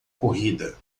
corrida